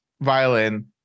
violin